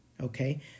okay